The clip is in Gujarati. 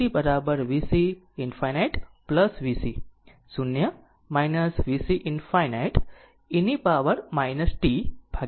VC ∞ VC 0 VC ∞ e ની પાવર t ભાગ્યા ટાઉ છે